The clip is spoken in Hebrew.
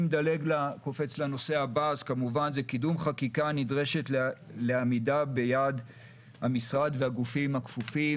הנושא הבא זה קידום חקיקה נדרשת ועמידה ביעד המשרד והגופים הכפופים.